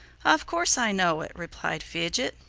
of course i know it, replied fidget.